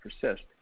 persist